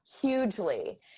hugely